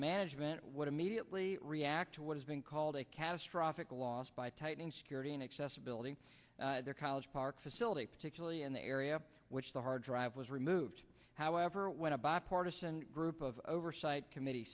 management would immediately react to what has been called a catastrophic loss by tightening security inaccessibility their college park facility particularly in the area which the hard drive was removed however when a bipartisan group of oversight committee